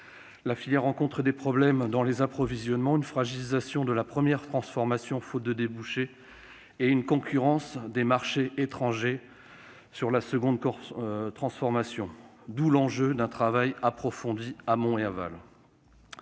La filière rencontre des problèmes dans ses approvisionnements, une fragilisation de la première transformation faute de débouchés et une concurrence des marchés étrangers sur la seconde ; d'où l'enjeu d'un travail approfondi en amont et en aval.